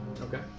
Okay